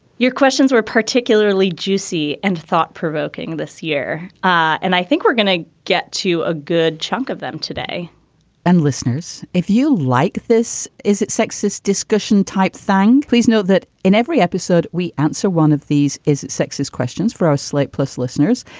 your questions were particularly juicy and thought provoking this year, and i think we're gonna get to a good chunk of them today and listeners, if you like this is sexist discussion type thing. please note that in every episode we answer one of these is sexist questions for our slate plus listeners.